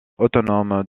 autonome